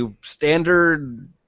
standard